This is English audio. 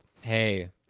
Hey